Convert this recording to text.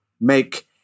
make